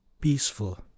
peaceful